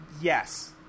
Yes